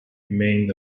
remained